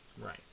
Right